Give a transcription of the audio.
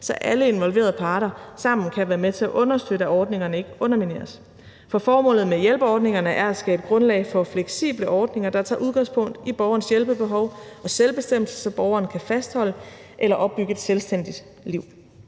så alle involverede parter sammen kan være med til at understøtte, at ordningerne ikke undermineres. For formålet med hjælperordningerne er at skabe grundlag for fleksible ordninger, der tager udgangspunkt i borgerens hjælpebehov og selvbestemmelse, så borgeren kan fastholde eller opbygge et selvstændigt liv.